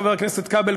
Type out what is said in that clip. חבר הכנסת כבל,